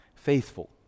Faithful